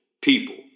people